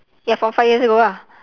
ya from five years ago ah